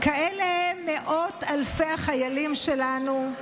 כאלה הם מאות אלפי החיילים שלנו,